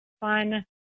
fun